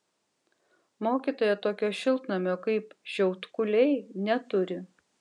mokytoja tokio šiltnamio kaip šiaudkuliai neturi